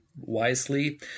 wisely